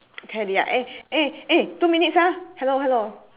can already ah eh eh eh two minutes ah hello hello